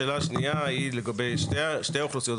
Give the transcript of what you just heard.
השאלה השנייה היא לגבי שתי האוכלוסיות,